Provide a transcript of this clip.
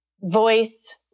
Voice